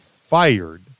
fired